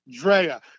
Drea